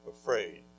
afraid